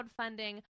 crowdfunding